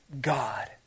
God